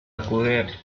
acude